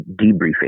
debriefing